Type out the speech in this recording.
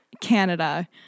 Canada